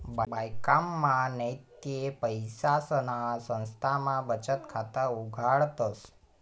ब्यांकमा नैते पैसासना संस्थामा बचत खाता उघाडतस